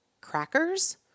crackers